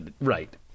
Right